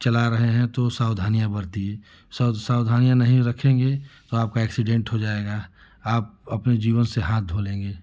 चला रहे हैं तो सावधानियाँ बरतिए सब सावधानियाँ नहीं रक्खेंगे तो आपका एक्सीडेंट हो जाएगा आप अपने जीवन से हाथ धो लेंगे